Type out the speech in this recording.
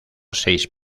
seis